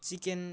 chicken